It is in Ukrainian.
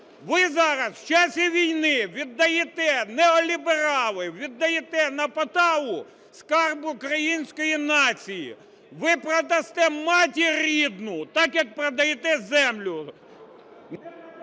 Ви зараз в час війни віддаєте – неоліберали – віддаєте на поталу скарб української нації! Ви продасте матір рідну так, як продаєте землю!